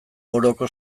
oroko